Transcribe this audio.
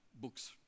books